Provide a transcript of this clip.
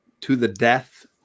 to-the-death